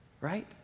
Right